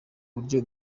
buryo